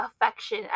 affection